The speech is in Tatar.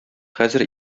хәзер